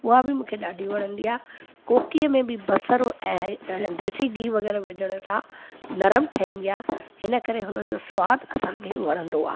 उहा बि मूंखे